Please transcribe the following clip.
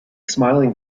smiling